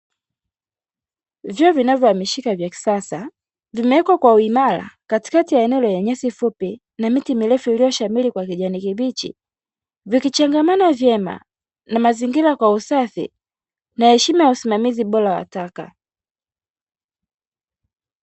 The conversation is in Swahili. Vyoo vinavyo hamishika vya kisasa vimewekwa kwa uimara katika ya eneo lenye nyasi fupi na miti ulioshamiri kwa kijani kibichi, vikichangamana vyema na mazingira ya usafi na heshima ya usimamizi bora wa taka.